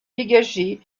dégagée